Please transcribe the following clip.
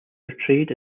portrayed